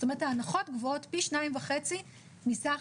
זאת אומרת ההנחות גבוהות פי שניים וחצי מסך